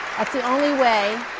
the only way